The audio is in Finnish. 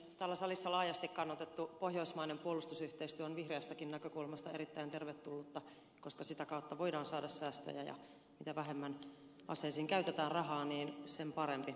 täällä salissa laajasti kannatettu pohjoismainen puolustusyhteistyö on vihreästäkin näkökulmasta erittäin tervetullutta koska sitä kautta voidaan saada säästöjä ja mitä vähemmän aseisiin käytetään rahaa sen parempi